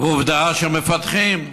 עובדה שמפתחים,